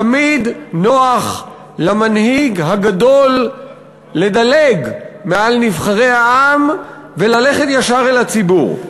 תמיד נוח למנהיג הגדול לדלג מעל נבחרי העם וללכת ישר אל הציבור.